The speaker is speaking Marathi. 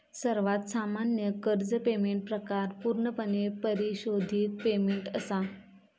सर्वात सामान्य कर्ज पेमेंट प्रकार पूर्णपणे परिशोधित पेमेंट असा